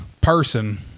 person